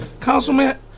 Councilman